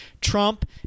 Trump